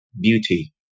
beauty